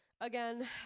again